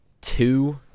two